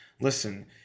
listen